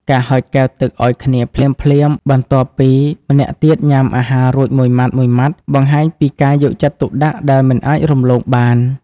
ការហុចកែវទឹកឱ្យគ្នាភ្លាមៗ បន្ទាប់ពីម្នាក់ទៀតញ៉ាំអាហាររួចមួយម៉ាត់ៗ បង្ហាញពីការយកចិត្តទុកដាក់ដែលមិនអាចរំលងបាន។